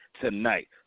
tonight